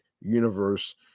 universe